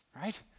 right